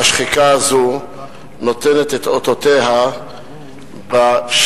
והשחיקה הזו נותנת את אותותיה בשטח,